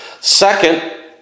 Second